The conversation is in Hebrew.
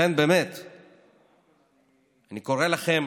לכן באמת אני קורא לכם